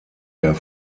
der